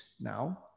now